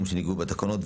התשלום שנקבעו בתקנות,